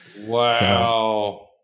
Wow